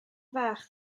fach